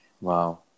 Wow